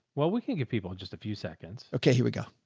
well, we can give people just a few seconds. okay. here we go.